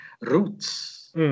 roots